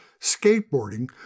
skateboarding